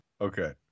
Okay